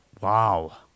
Wow